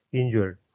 injured